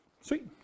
Sweet